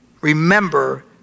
remember